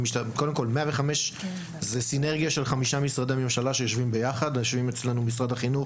105 זה סינרגיה של חמישה משרדי ממשלה שיושבים ביחד אצלנו: חינוך,